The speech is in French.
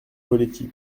poletti